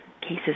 cases